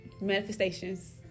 Manifestations